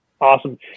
Awesome